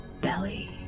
belly